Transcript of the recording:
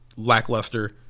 lackluster